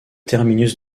terminus